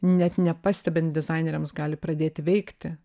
net nepastebint dizaineriams gali pradėti veikti